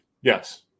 yes